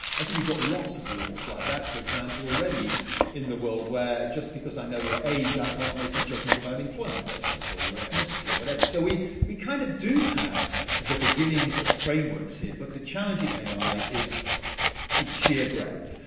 actually, we've got lots of laws like that, for example, already in the world where just because i know your age, i can't make a judgment about employment based on it or your ethnicity, whatever. so we we kind of do have the beginnings of frameworks here, but the challenge in ai is its shear breadth.